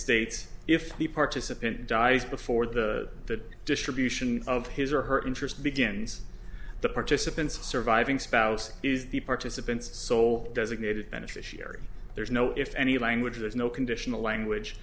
states if the participant dies before the distribution of his or her interest begins the participants surviving spouse is the participants sole designated beneficiary there's no if any language is no conditional language